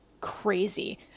crazy